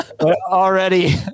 Already